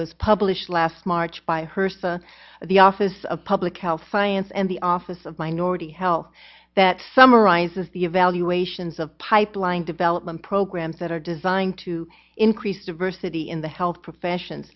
was published last march by her son the office of public health science and the office of minority health that summarizes the evaluations of pipeline development programs that are designed to increase diversity in the health profession